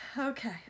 Okay